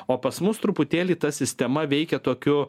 o pas mus truputėlį ta sistema veikia tokiu